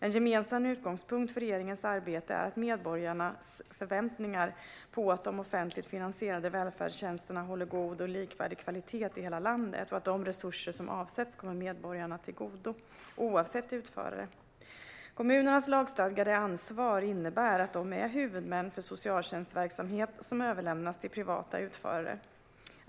En gemensam utgångspunkt för regeringens arbete är medborgarnas förväntningar på att de offentligt finansierade välfärdstjänsterna håller god och likvärdig kvalitet i hela landet och att de resurser som avsätts kommer medborgarna till godo, oavsett utförare. Kommunernas lagstadgade ansvar innebär att de är huvudmän för socialtjänstverksamhet som överlämnas till privata utförare.